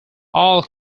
all